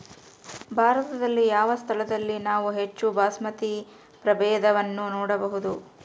ಭಾರತದಲ್ಲಿ ಯಾವ ಸ್ಥಳದಲ್ಲಿ ನಾವು ಹೆಚ್ಚು ಬಾಸ್ಮತಿ ಪ್ರಭೇದವನ್ನು ನೋಡಬಹುದು?